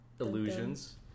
illusions